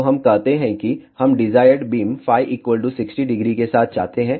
तो हम कहते हैं कि हम डिजायर्ड बीम φ 600 के साथ चाहते हैं